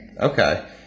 Okay